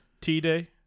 T-Day